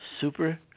Super